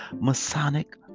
Masonic